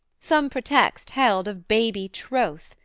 some pretext held of baby troth,